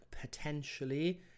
potentially